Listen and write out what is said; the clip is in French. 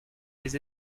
des